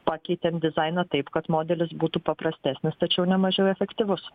pakeitėm dizainą taip kad modelis būtų paprastesnis tačiau nemažiau efektyvus